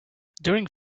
during